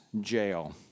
jail